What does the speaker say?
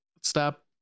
stop